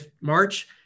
March